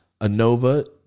Anova